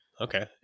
okay